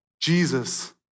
Jesus